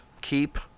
keep